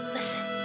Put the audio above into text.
Listen